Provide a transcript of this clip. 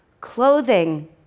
Clothing